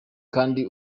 kandi